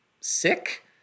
sick